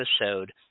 episode